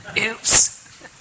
Oops